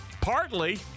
Partly